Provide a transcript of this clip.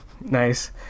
nice